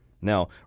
Now